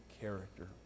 character